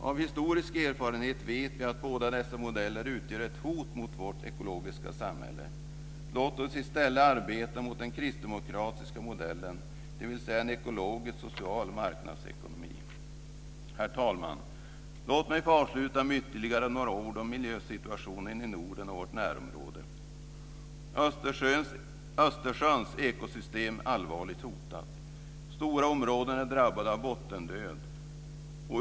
Av historisk erfarenhet vet vi att båda dessa modeller utgör ett hot mot vårt ekologiska samhälle. Låt oss i stället arbeta för den kristdemokratiska modellen, dvs. en ekologisk och social marknadsekonomi. Herr talman! Låt mig få avsluta med ytterligare några ord om miljösituationen i Norden och i vårt närområde. Östersjöns ekosystem är allvarligt hotat. Stora områden är drabbade av bottendöd.